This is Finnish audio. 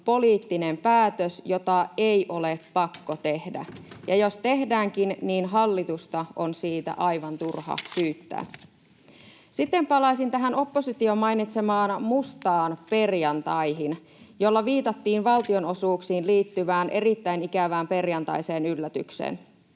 poliittinen päätös, jota ei ole pakko tehdä, ja jos tehdäänkin, niin hallitusta on siitä aivan turha syyttää. Siten palaisin tähän opposition mainitsemaan mustaan perjantaihin, jolla viitattiin valtionosuuksiin liittyvään erittäin ikävään perjantaiseen yllätykseen.